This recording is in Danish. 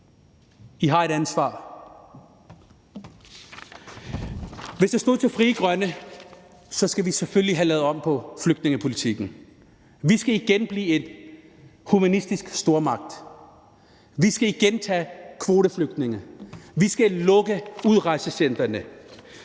I har et ansvar. Hvis det står til Frie Grønne, skal vi selvfølgelig have lavet om på flygtningepolitikken. Vi skal igen blive en humanistisk stormagt. Vi skal igen tage imod kvoteflygtninge. Vi skal lukke udrejsecentrene.